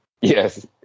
Yes